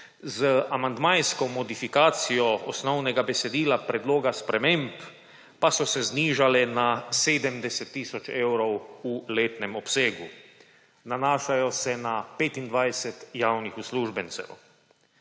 Z amandmajsko modifikacijo osnovnega besedila predloga sprememb pa so se znižale na 70 tisoč evrov v letnem obsegu. Nanašajo se na 25 javnih uslužbencev.